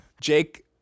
Jake